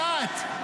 תתביישי את,